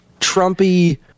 Trumpy